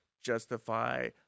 justify